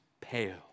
pale